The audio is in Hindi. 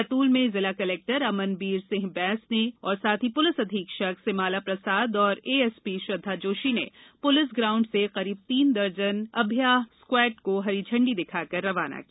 बैतूल में जिला कलेक्टर अमन बीर सिंह बैंस पुलिस अधीक्षक सिमाला प्रसाद और एएसपी श्रद्धा जोशी ने पुलिस ग्राउंड से करीब तीन दर्जन अभया स्क्वायड को हरी झंडी देकर रवाना किया